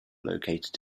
located